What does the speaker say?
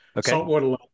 Saltwater